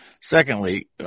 Secondly